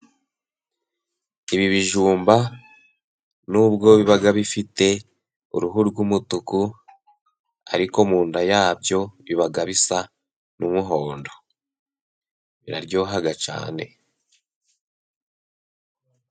Ibi bijumba, n'ubwo biba bifite uruhu rw'umutuku, ariko mu nda yabyo biba bisa n'umuhondo. Biraryoha cyane